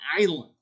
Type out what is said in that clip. Island